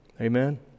Amen